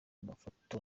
mafoto